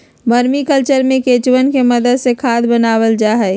vermi culture में केंचुवन के मदद से खाद बनावा हई